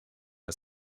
are